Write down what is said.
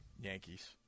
Yankees